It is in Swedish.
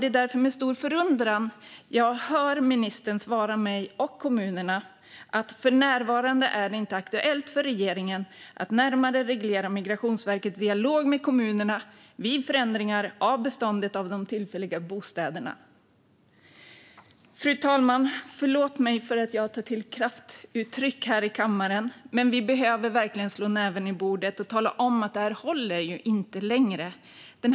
Det är därför med stor förundran jag hör ministern svara mig och kommunerna: För närvarande är det inte aktuellt för regeringen att närmare reglera Migrationsverkets dialog med kommunerna vid förändringar av beståndet av de tillfälliga bostäderna. Fru talman! Förlåt mig för att jag tar till kraftuttryck här i kammaren, men vi behöver verkligen slå näven i bordet och tala om att detta inte längre håller.